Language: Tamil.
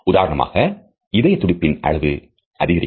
உதாரணமாக இதயத்துடிப்பின் அளவு அதிகரிக்கும்